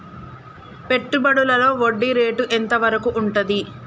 పెట్టుబడులలో వడ్డీ రేటు ఎంత వరకు ఉంటది?